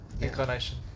incarnation